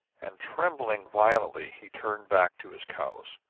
and trembling violently he turned back to his cows.